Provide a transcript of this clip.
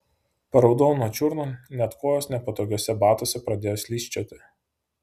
paraudau nuo čiurnų net kojos nepatogiuose batuose pradėjo slysčioti